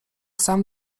sam